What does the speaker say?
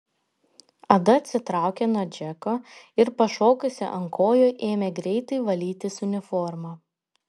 ada atsitraukė nuo džeko ir pašokusi ant kojų ėmė greitai valytis uniformą